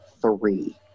three